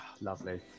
lovely